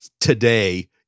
today –